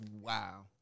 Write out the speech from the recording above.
wow